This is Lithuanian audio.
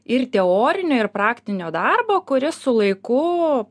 ir teorinio ir praktinio darbo kuris su laiku